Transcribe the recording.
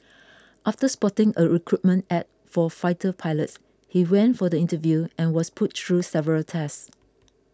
after spotting a recruitment ad for fighter pilots he went for the interview and was put through several tests